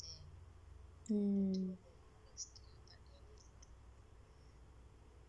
mm